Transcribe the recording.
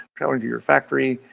traveling to your factory,